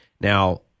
Now